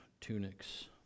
tunics